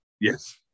Yes